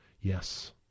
Yes